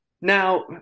Now